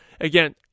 Again